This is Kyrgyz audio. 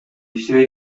иштебей